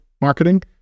marketing